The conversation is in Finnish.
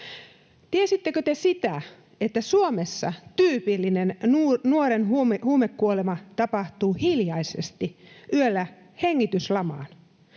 Tiesittekö, että Suomessa tyypillinen nuoren huumekuolema tapahtuu hiljaisesti yöllä hengityslamaan?